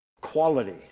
quality